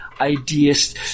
ideas